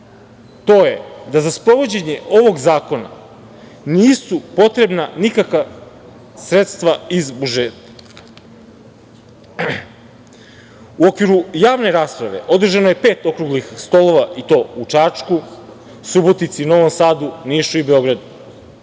to je da za sprovođenje ovog zakona nisu potrebna nikakva sredstva iz budžeta. U okviru javne rasprave održano je pet okruglih stolova, i to u Čačku, Subotici, Novom Sadu, Nišu i Beogradu,